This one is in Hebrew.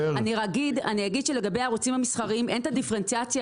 אני אגיד שלגבי הערוצים המסחריים אין את הדיפרנציאציה